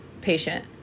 patient